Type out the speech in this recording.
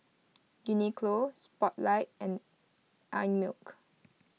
Uniqlo Spotlight and Einmilk